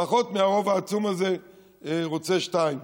פחות מהרוב העצום הזה רוצה שתיים.